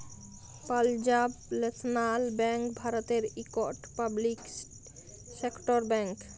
Punjab national bank ভারতের ইকট public sector bank